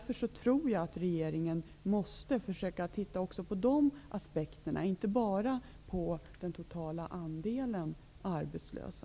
Därför tror jag att regeringen måste försöka titta också på de aspekterna, inte bara på den totala andelen arbetslösa.